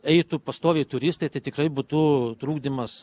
eitų pastoviai turistai tai tikrai būtų trukdymas